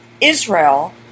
Israel